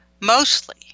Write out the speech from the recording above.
mostly